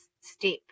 step